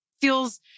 Feels